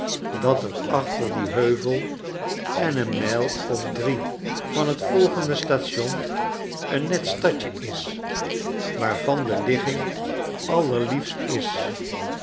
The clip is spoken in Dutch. danhetraampjeuitkijkt vertelthiju daterachter dien heuvel en een mijl of drie van t volgende station een netstadje is waarvan deliggingallerliefst is